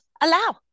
Allow